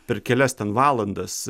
per kelias ten valandas